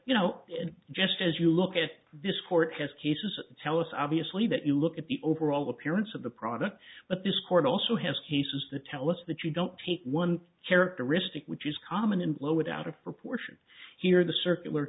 you know just as you look at this court has cases tell us obviously that you look at the overall appearance of the product but this court also has cases to tell us that you don't take one characteristic which is common and blow it out of proportion here the circular